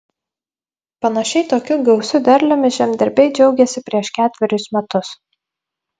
panašiai tokiu gausiu derliumi žemdirbiai džiaugėsi prieš ketverius metus